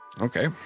Okay